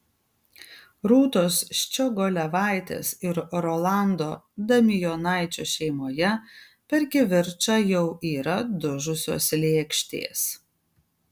rūtos ščiogolevaitės ir rolando damijonaičio šeimoje per kivirčą jau yra dužusios lėkštės